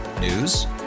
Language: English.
News